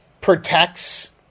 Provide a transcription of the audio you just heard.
protects